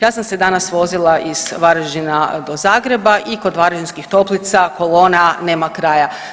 Ja sam se danas vozila iz Varaždina do Zagreba i kod Varaždinskih Toplica kolona nema kraja.